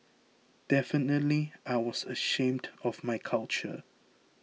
definitely I was ashamed of my culture